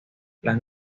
las